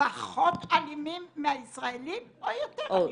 פחות אלימים מהישראלים או יותר אלימים?